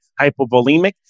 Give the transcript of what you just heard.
hypovolemic